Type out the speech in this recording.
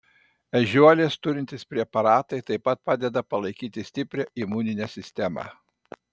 ežiuolės turintys preparatai taip pat padeda palaikyti stiprią imuninę sistemą